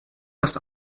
das